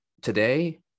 today